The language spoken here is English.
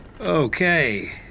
Okay